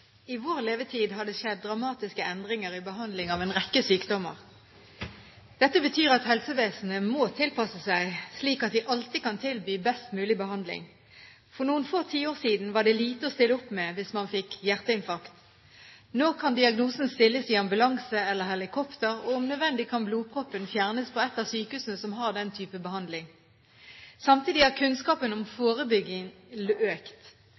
I vår levetid har det skjedd dramatiske endringer i behandling av en rekke sykdommer. Dette betyr at helsevesenet må tilpasse seg, slik at vi alltid kan tilby best mulig behandling. For noen få tiår siden var det lite å stille opp med hvis man fikk hjerteinfarkt. Nå kan diagnosen stilles i ambulanse eller helikopter, og om nødvendig kan blodproppen fjernes på et av sykehusene som har den type behandling. Samtidig har kunnskapen om forebygging økt,